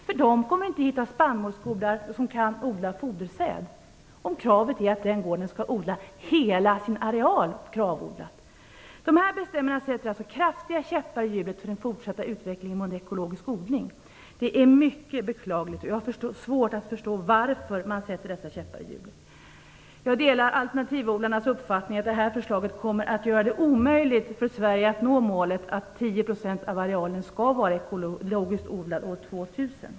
De kommer inte att kunna hitta spannmålsgårdar som kan odla fodersäd om kravet är att den gården skall ha hela sin areal KRAV-odlad. De här bestämmelserna sätter alltså kraftiga käppar i hjulen för den fortsatta utveckling mot en ekologisk odling. Det är mycket beklagligt. Jag har svårt att förstå varför man sätter dessa käppar i hjulen. Jag delar Alternativodlarnas uppfattning att det här förslaget kommer att göra det omöjligt för Sverige att nå målet att 10 % av arealen skall vara ekologiskt odlad år 2000.